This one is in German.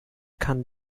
kann